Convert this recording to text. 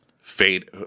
fade